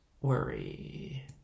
worry